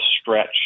stretch